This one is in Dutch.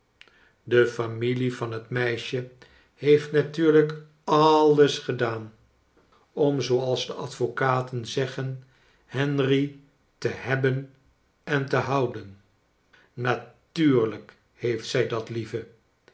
i lie van het meisjc heeft natuurlijk alles gedaan om zooals de advocaten zeggen henry te hebben en te houden natuurlijk heeft zij dat lieve